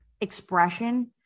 expression